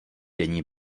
denní